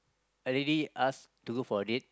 already ask to do for it